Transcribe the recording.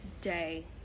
day